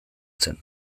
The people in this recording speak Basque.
zen